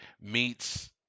meets